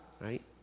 Right